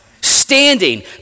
standing